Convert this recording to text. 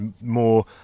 more